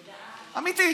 אמיתי.